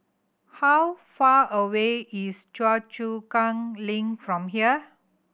how far away is Choa Chu Kang Link from here